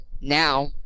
now